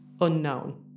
unknown